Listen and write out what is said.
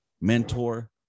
mentor